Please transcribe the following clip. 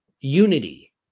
Unity